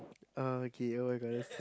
uh okay [oh]-my-god that's just